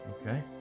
Okay